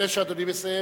לפני שאדוני מסיים,